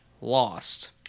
Lost